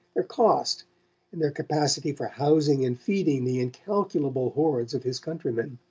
their cost and their capacity for housing and feeding the incalculable hordes of his countrymen.